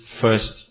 first